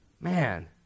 Man